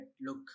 look